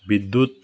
বিদ্যুৎ